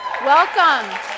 Welcome